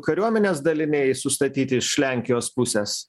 kariuomenės daliniai sustatyti iš lenkijos pusės